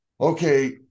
okay